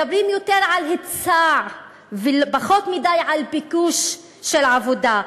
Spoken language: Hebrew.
מדברים יותר על היצע ופחות מדי על ביקוש של עבודה,